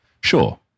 Sure